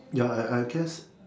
ya I I guess